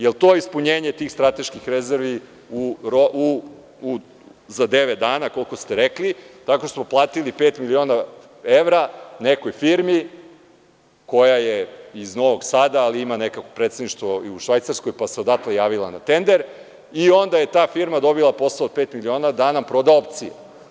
Da li je to ispunjenje tih strateških rezervi za devet dana, koliko ste rekli, tako što smo platili pet miliona evra nekoj firmi, koja je iz Novog Sada, ali ima neko predstavništvo i u Švajcarskoj pa se odatle javila na tender i onda je ta firma dobila poseo pet miliona, da nam proda opcije?